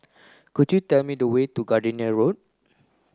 could you tell me the way to Gardenia Road